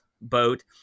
boat